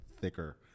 thicker